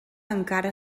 encara